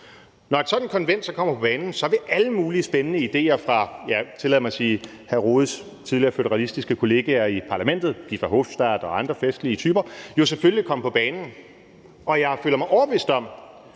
Når et sådant konvent så kommer på banen, vil alle mulige spændende idéer fra – ja, tillad mig at sige hr. Jens Rohdes tidligere føderalistiske kolleger i Parlamentet – Guy Verhofstadt og andre festlige typer jo selvfølgelig komme på banen. Og jeg føler mig overbevist om,